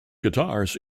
guitars